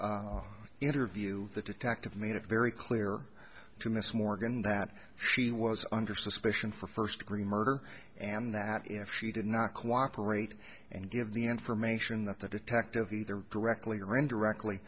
that interview the detective made it very clear to miss morgan that she was under suspicion for first degree murder and that if she did not cooperate and give the information that the detective either directly or indirectly